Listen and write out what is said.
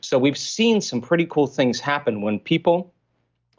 so we've seen some pretty cool things happen when people